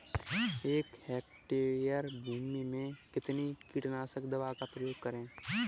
एक हेक्टेयर भूमि में कितनी कीटनाशक दवा का प्रयोग करें?